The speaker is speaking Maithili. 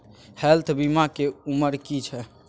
हेल्थ बीमा के उमर की छै?